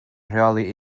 rheoli